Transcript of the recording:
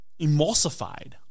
emulsified